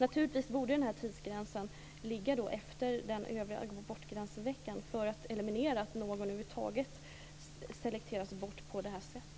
Naturligtvis borde tidsgränsen ligga efter den övre abortgränsveckan för att eliminera risken för att någon över huvud taget selekteras bort på det här sättet.